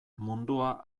mundua